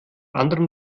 anderen